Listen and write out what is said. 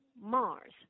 Mars